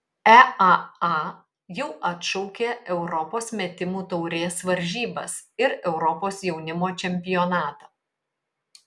eaa jau atšaukė europos metimų taurės varžybas ir europos jaunimo čempionatą